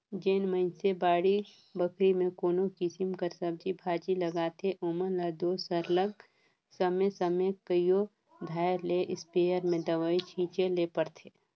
जेन मइनसे बाड़ी बखरी में कोनो किसिम कर सब्जी भाजी लगाथें ओमन ल दो सरलग समे समे कइयो धाएर ले इस्पेयर में दवई छींचे ले परथे